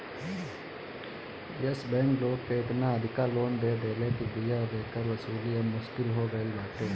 एश bank लोग के एतना अधिका लोन दे देले बिया जेकर वसूली अब मुश्किल हो गईल बाटे